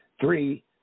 Three